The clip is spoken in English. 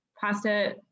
Pasta